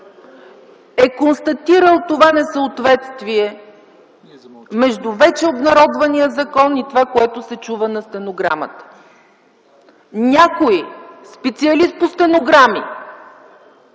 е констатирал това несъответствие между вече обнародвания закон и това, което се чува на стенограмата. Някой - специалист по стенограми,